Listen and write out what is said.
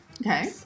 Okay